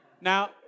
Now